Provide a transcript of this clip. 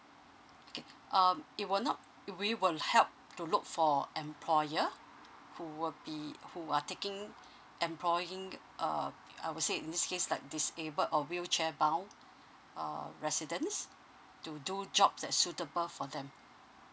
okay um it will not we will help to look for employer who will be who are taking employing uh I will say in this case like disabled or wheelchair bound uh residents to do jobs that's suitable for them